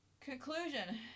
Conclusion